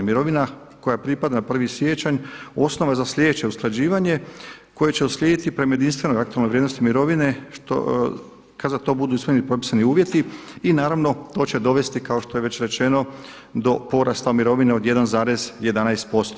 Mirovina koja pripada na 1. siječanj osnova je za sljedeće usklađivanje koje će uslijediti prema jedinstvenoj aktualnoj vrijednosti mirovine kada za to budu usvojeni propisani uvjeti i naravno to će dovesti kao što je već rečeno do porasta mirovine od 1,11%